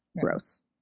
gross